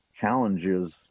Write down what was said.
challenges